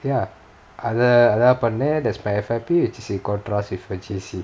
ya அத அத பண்ணேன்:atha atha pannaen there's my F_Y_P which is in contrast with J_C